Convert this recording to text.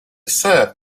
serve